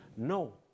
No